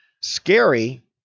scary